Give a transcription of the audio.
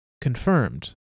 Confirmed